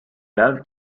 lave